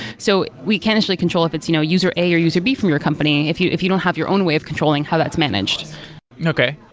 so we can initially control if it's you know user a or user b from your company, if you if you don't have your own way of controlling how that's managed okay.